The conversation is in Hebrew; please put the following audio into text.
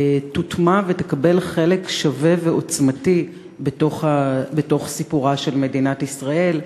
תוטמע ותקבל חלק שווה ועוצמתי בתוך סיפורה של מדינת ישראל,